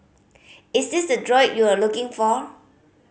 is this the droid you're looking for